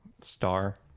Star